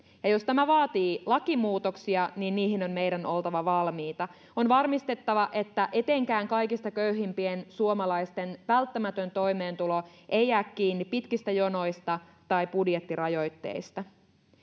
ja jos tämä vaatii lakimuutoksia niin niihin on meidän oltava valmiita on varmistettava että etenkään kaikista köyhimpien suomalaisten välttämätön toimeentulo ei jää kiinni pitkistä jonoista tai budjettirajoitteista